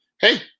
hey